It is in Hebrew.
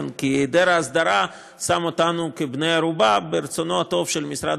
כי היעדר ההסדרה הופך אותנו לבני ערובה של רצונו הטוב של משרד